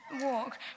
walk